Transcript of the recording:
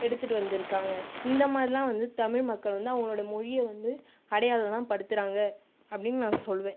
எடுத்துகிட்டு வந்திருக்காங்க இந்த மாதிரியெல்லாம் வந்து தமிழ் மக்கள் வந்து அவர்களுடைய மொழியை வந்து அடையாளமெல்லாம் படுத்துகிறாங்க அப்படின்னு நான் சொல்வேன்